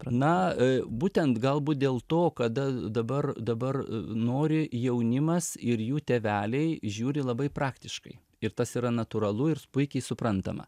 na būtent galbūt dėl to kada dabar dabar nori jaunimas ir jų tėveliai žiūri labai praktiškai ir tas yra natūralu ir puikiai suprantama